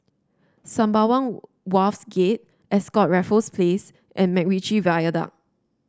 Sembawang Wharves Gate Ascott Raffles Place and MacRitchie Viaduct